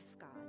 God